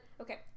Okay